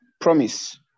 promise